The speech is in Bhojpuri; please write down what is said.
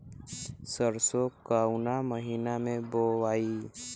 सरसो काउना महीना मे बोआई?